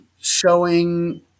showing